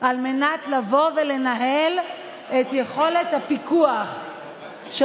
על מנת לבוא ולנהל את יכולת הפיקוח של